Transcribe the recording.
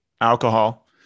alcohol